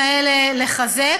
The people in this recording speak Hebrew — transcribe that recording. האלה לחזק.